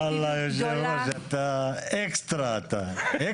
ויש לו תרומה משמעותית מאוד ביכולת המשטרה לפענח פשעים.